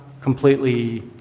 completely